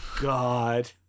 god